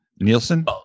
Nielsen